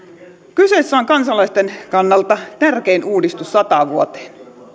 kyseessä on kansalaisten kannalta tärkein uudistus sataan vuoteen